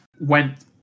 went